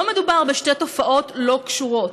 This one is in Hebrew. לא מדובר בשתי תופעות לא קשורות,